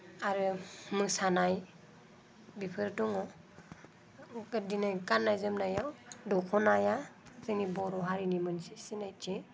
आरो मोसानाय बेफोर दङ बिदिनो गाननाय जोमनायाव दख'नाया जोंनि बर' हारिनि मोनसे सिनायथि